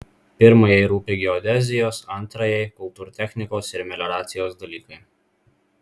pirmajai rūpi geodezijos antrajai kultūrtechnikos ir melioracijos dalykai